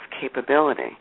capability